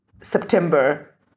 September